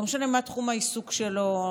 לא משנה מה תחום העיסוק שלו,